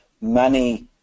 money